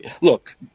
Look